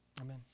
Amen